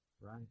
right